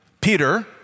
Peter